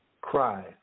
cry